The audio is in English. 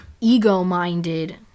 ego-minded